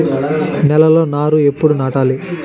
నేలలో నారు ఎప్పుడు నాటాలి?